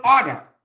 order